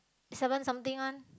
seven something one